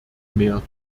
mehr